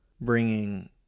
bringing